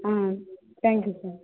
ah thank you sir